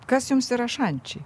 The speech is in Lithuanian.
kas jums yra šančiai